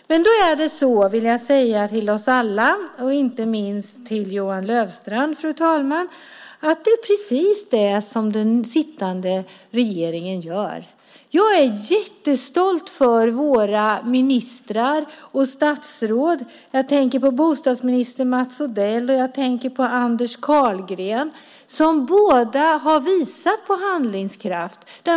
Då är det så, vill jag säga till oss alla och inte minst till Johan Löfstrand, fru talman, att det är precis det som den sittande regeringen gör. Jag är jättestolt över våra ministrar och statsråd. Jag tänker på bostadsminister Mats Odell och på Andreas Carlgren, som båda har visat på handlingskraft.